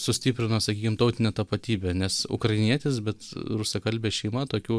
sustiprino sakykim tautinę tapatybę nes ukrainietis bet rusakalbė šeima tokių